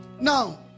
Now